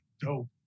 dope